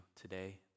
today